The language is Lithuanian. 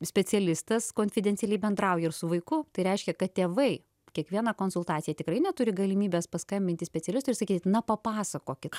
specialistas konfidencialiai bendrauja ir su vaiku tai reiškia kad tėvai kiekvieną konsultaciją tikrai neturi galimybės paskambinti specialistui ir sakyti na papasakokit